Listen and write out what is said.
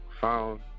found